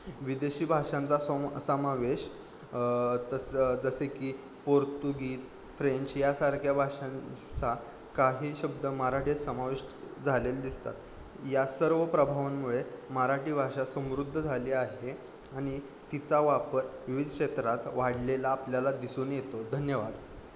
विदेशी भाषांचा सम समावेश तसं जसे की पोर्तुगीज फ्रेंच यासारख्या भाषांचा काही शब्द मराठीत समावेश झालेले दिसतात या सर्व प्रभावांमुळे मराठी भाषा समृद्ध झाली आहे आणि तिचा वापर विविध क्षेत्रात वाढलेला आपल्याला दिसून येतो धन्यवाद